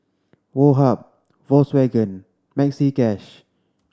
Woh Hup Volkswagen Maxi Cash